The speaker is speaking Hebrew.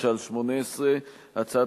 לפני שאנחנו ממשיכים בסדר-היום,